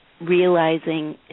Realizing